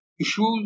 issues